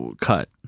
cut